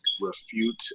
refute